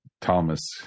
Thomas